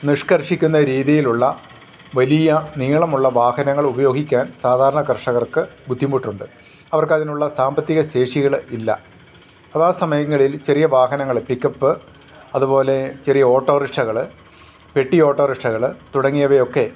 നിഷ്കർഷിക്കുന്ന രീതിയിലുള്ള വലിയ നീളമുള്ള വാഹനങ്ങളുപയോഗിക്കാൻ സാധാരണ കർഷകർക്ക് ബുദ്ധിമുട്ടുണ്ട് അവർക്കതിനുള്ള സാമ്പത്തികശേഷികൾ ഇല്ല അപ്പം ആ സമയങ്ങളിൽ ചെറിയ വാഹനങ്ങൾ പിക്കപ്പ് അതു പോലെ ചെറിയ ഓട്ടോറിക്ഷകൾ പെട്ടി ഓട്ടോറിക്ഷകൾ തുടങ്ങിയവയൊക്കെ